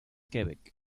quebec